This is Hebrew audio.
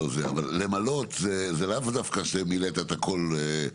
למלא זה לאו דווקא שמילאת את הכל,